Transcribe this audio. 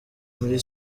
muri